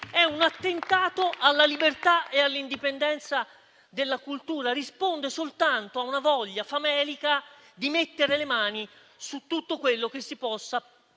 è un attentato alla libertà e all'indipendenza della cultura, risponde soltanto a una voglia famelica di mettere le mani su tutto quello che si pensa